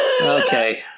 Okay